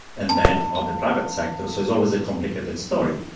and debt of the private sector so it's always a complicated story.